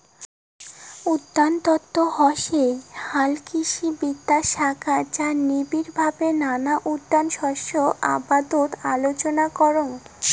উদ্যানতত্ত্ব হসে হালকৃষিবিদ্যার শাখা যা নিবিড়ভাবত নানান উদ্যান শস্য আবাদত আলোচনা করাং